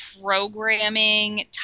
programming